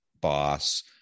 boss